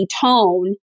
tone